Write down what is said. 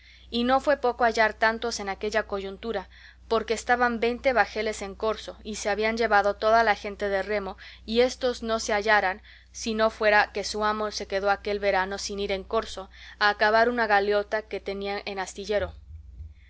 y no fue poco hallar tantos en aquella coyuntura porque estaban veinte bajeles en corso y se habían llevado toda la gente de remo y éstos no se hallaran si no fuera que su amo se quedó aquel verano sin ir en corso a acabar una galeota que tenía en astillero